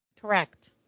Correct